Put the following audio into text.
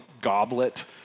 goblet